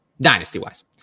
dynasty-wise